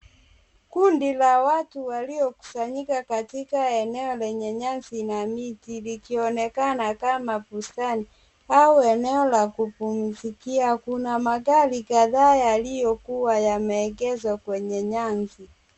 Kundi la watu waliokusanyika katika eneo lenye nyasi na miti vikionekana kama bustani au eneo la kupumzikia. Kuna magari kadhaa yaliyokuwa yameegezwa kwenye nyasi.